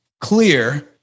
clear